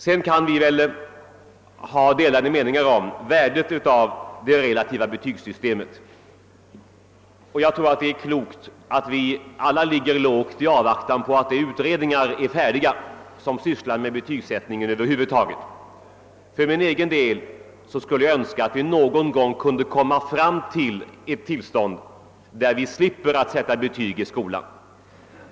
Sedan kan vi ha delade meningar om värdet av det relativa betygssystemet. Jag tror att vi alla gör klokt i att ligga lågt i avvaktan på att de utredningar blir färdiga som sysslar med betygssättning över huvud taget. För egen del skulle jag önska att vi någon gång kunde komma därhän att vi slipper sätta betyg i skolan.